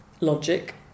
logic